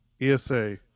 esa